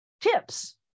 tips